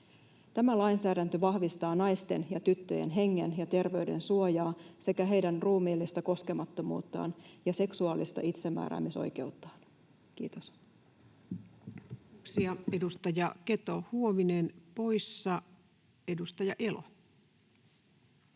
Tämä lainsäädäntö vahvistaa naisten ja tyttöjen hengen ja terveyden suojaa sekä heidän ruumiillista koskemattomuuttaan ja seksuaalista itsemääräämisoikeuttaan. — Kiitos.